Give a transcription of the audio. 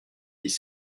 dix